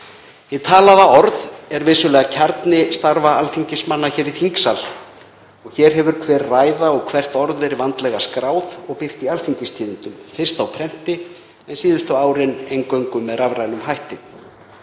talaða orð er vissulega kjarni starfa alþingismanna í þingsal og hér hefur hver ræða og hvert orð verið vandlega skráð og birt í Alþingistíðindum, fyrst á prenti en á síðustu árum eingöngu með rafrænum hætti.